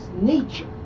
nature